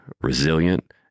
resilient